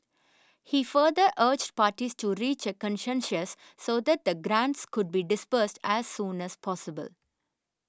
he further urged parties to reach a consensus so that the grants could be disbursed as soon as possible